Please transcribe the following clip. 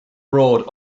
road